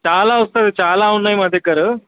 చాలా వస్తుంది చాలా ఉన్నాయి మా దగ్గర